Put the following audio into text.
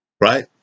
right